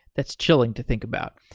that's chilling to think about.